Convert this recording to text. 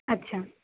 আচ্ছা